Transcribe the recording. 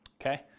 okay